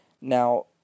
Now